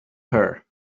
her